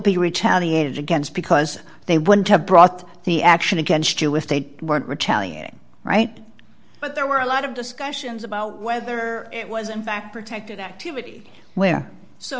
be retaliated against because they wouldn't have brought the action against you if they weren't retaliating right but there were a lot of discussions about whether it was in fact protected activity where so